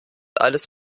alles